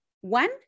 one